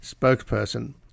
spokesperson